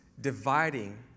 dividing